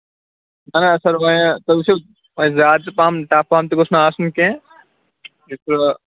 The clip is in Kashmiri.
تُہۍ وُچھِو وۅنۍ زیادٕ پَہم ٹَف پَہن تہِ گوٚژھ نہٕ آسُن کیٚنٛہہ یِتھٕ پٲٹھۍ